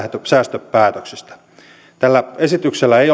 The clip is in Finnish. säästöpäätöksistä tällä esityksellä ei